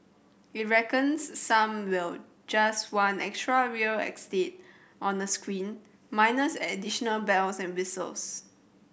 it reckons some will just want extra real estate on a screen minus additional bells and whistles